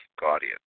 Guardian